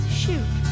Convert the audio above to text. shoot